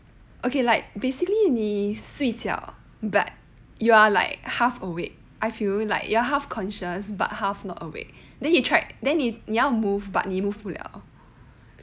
okay like basically 你睡觉 but you are like half awake I feel like you're half conscious but half not awake then 你 tried then 你要 move but move 不了